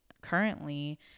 currently